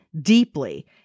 Deeply